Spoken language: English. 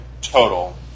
total